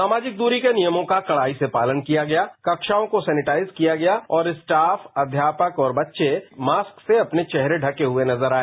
सामाजिक दूरी के नियमों का कड़ाई से पालन किया गया कबाओं को सैनिटाइज किया गया और स्टाफ अध्यापक तथा बच्चे मास्क से अपने चेहरे ढके हुए नजर आए